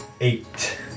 eight